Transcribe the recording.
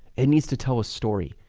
it needs to tell a story.